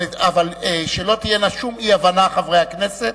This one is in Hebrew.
אבל שלא תהיינה שום אי-הבנות, חברי הכנסת.